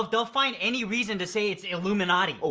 they'll find any reason to say it's illuminati. oh,